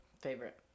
Favorite